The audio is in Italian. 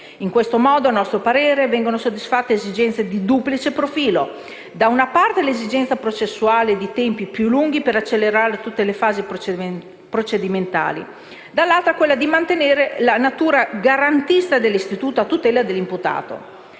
In questo modo, a nostro parere, vengono soddisfatte esigenze di duplice profilo: da una parte l'esigenza processuale di tempi più lunghi per celebrare tutte le fasi procedimentali, dall'altra quella di mantenere la natura garantista dell'istituto, a tutela dell'imputato.